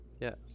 Yes